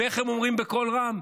ואיך הם אומרים בקול רם: